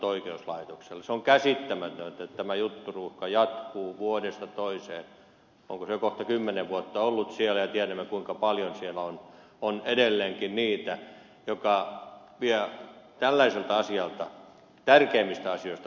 se on käsittämätöntä että tämä jutturuuhka jatkuu vuodesta toiseen onko se jo kohta kymmenen vuotta ollut siellä ja tiedämme kuinka paljon siellä on edelleenkin niitä jotka vievät tärkeämmistä asioista huomiota